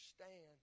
understand